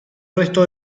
resto